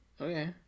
Okay